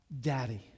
daddy